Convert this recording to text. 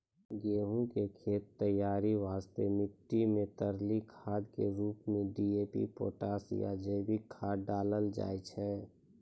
गहूम के खेत तैयारी वास्ते मिट्टी मे तरली खाद के रूप मे डी.ए.पी पोटास या जैविक खाद डालल जाय छै